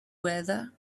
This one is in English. weather